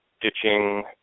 ditching